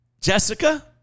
Jessica